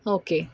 okay